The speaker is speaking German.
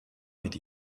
mit